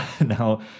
now